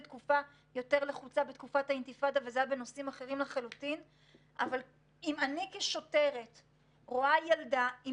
בפתח הדברים אני רוצה להגיד שמשטרת ישראל היא